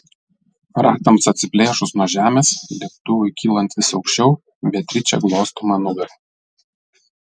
ratams atsiplėšus nuo žemės lėktuvui kylant vis aukščiau beatričė glosto man nugarą